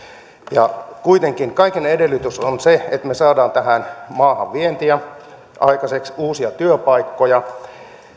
kuitenkin kaiken edellytys on se että me saamme tähän maahan vientiä aikaiseksi uusia työpaikkoja